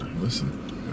Listen